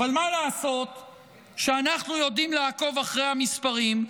אבל מה לעשות שאנחנו יודעים לעקוב אחרי המספרים?